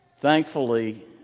Thankfully